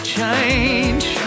change